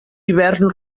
hivern